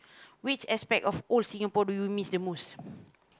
which aspect of old Singapore do you miss the most